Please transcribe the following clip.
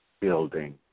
building